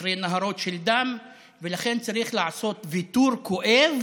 אחרי נהרות של דם, ולכן צריך לעשות ויתור כואב